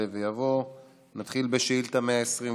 נתחיל בשאילתה 127,